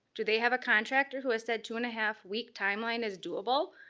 do they have a contractor who has said two and a half week timeline is doable?